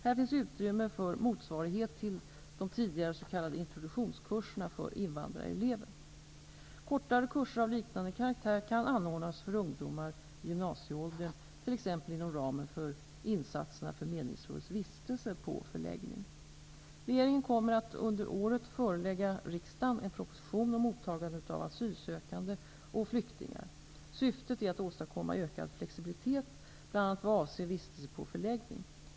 Här finns utrymme för motsvarighet till de tidigare s.k. introduktionskurserna för invandrarelever. Kortare kurser av liknande karaktär kan anordnas för ungdomar i gymnasieåldern, t.ex. inom ramen för insatserna för Meningsfull Vistelse på förläggning. Regeringen kommer att under året förelägga riksdagen en proposition om mottagandet av asylsökande och flyktingar. Syftet är att åstadkomma ökad flexibilitet, bl.a. vad avser vistelse på förläggning.